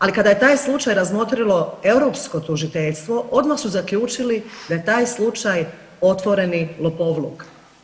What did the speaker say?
Ali kada je taj slučaj razmotrilo europsko tužiteljstvo odmah su zaključili da je taj slučaj otvoreni lopovluk.